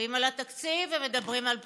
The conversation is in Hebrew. רבים על התקציב ומדברים על בחירות.